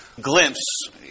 glimpse